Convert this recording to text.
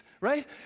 right